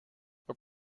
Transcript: were